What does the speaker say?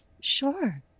Sure